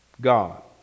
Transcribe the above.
God